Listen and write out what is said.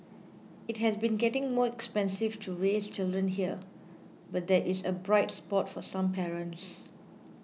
it has been getting more expensive to raise children here but there is a bright spot for some parents